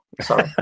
Sorry